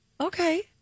Okay